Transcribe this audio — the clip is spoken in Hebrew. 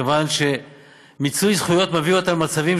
מכיוון שמיצוי זכויות מביא אותם למצבים